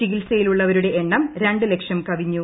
ചികിത്സയിലുള്ളവരുടെ എണ്ണം രണ്ട് ലക്ഷം കവിഞ്ഞു